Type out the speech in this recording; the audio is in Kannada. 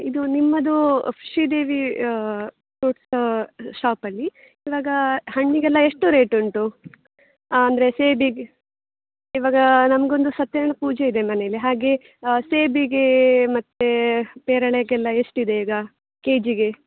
ಇದು ನಿಮ್ಮದು ಶ್ರೀದೇವಿ ಫ್ರೂಟ್ಸ್ ಶೋಪಲ್ಲಿ ಇವಾಗ ಹಣ್ಣಿಗೆಲ್ಲ ಎಷ್ಟು ರೇಟ್ ಉಂಟು ಅಂದರೆ ಸೇಬಿಗೆ ಇವಾಗ ನಮಗೊಂದು ಸತ್ಯನಾರ್ಣ ಪೂಜೆ ಇದೆ ಮನೇಲಿ ಹಾಗೆ ಸೇಬಿಗೆ ಮತ್ತು ಪೇರಳೆಗೆಲ್ಲ ಎಷ್ಟಿದೆ ಈಗ ಕೆಜಿಗೆ